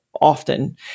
often